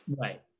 right